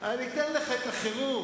אני אתן לך את החירום.